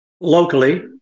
locally